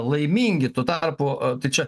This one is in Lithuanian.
laimingi tuo tarpu čia